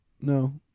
No